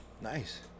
Nice